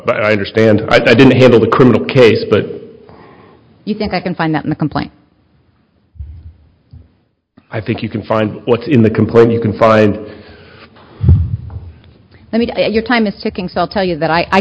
i understand i didn't handle the criminal case but you think i can find that in the complaint i think you can find what's in the complaint you can find i mean your time is ticking sell tell you that i